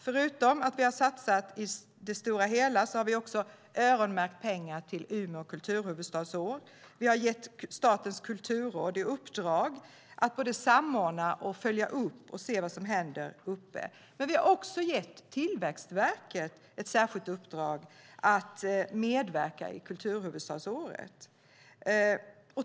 Förutom att vi har satsat i det stora hela har vi också öronmärkt pengar till Umeå kulturhuvudstadsår. Vi har gett Statens kulturråd i uppdrag att både samordna och följa upp vad som händer. Vi har också gett Tillväxtverket ett särskilt uppdrag att medverka i kulturhuvudstadsåret.